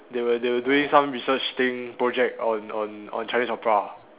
they were they were doing some research thing project on on on Chinese opera